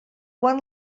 quan